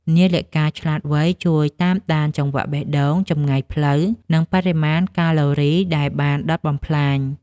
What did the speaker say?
នាឡិកាឆ្លាតវៃ ជួយតាមដានចង្វាក់បេះដូង ចម្ងាយផ្លូវ និងបរិមាណកាឡូរីដែលបានដុតបំផ្លាញ។